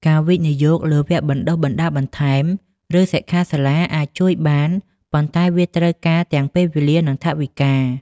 ការវិនិយោគលើវគ្គបណ្តុះបណ្តាលបន្ថែម ឬសិក្ខាសាលាអាចជួយបាន ប៉ុន្តែវាត្រូវការទាំងពេលវេលា និងថវិកា។